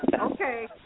Okay